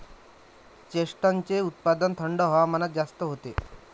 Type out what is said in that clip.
चेस्टनटचे उत्पादन थंड हवामानात जास्त होते